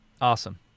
Awesome